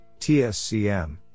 TSCM